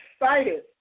excited